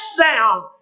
down